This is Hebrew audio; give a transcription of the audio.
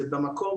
זה במקום,